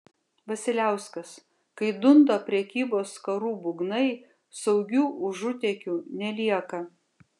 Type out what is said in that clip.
vasiliauskas kai dunda prekybos karų būgnai saugių užutėkių nelieka